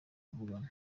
kuvugana